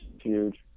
huge